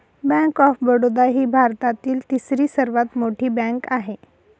bank of Baroda ही भारतातील तिसरी सर्वात मोठी बँक आहे